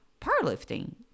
powerlifting